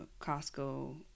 Costco